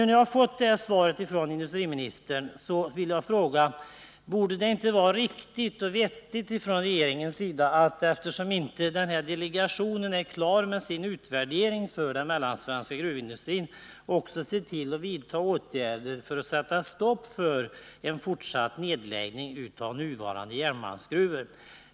När jag nu har fått detta svar från industriministern vill jag fråga: Eftersom delegationen för mellansvensk gruvindustri inte är klar med sin utvärdering, vore det då inte riktigt att regeringen såg till att åtgärder vidtogs för att sätta stopp för en fortsatt nedläggning av nuvarande järnmalmsgruvor?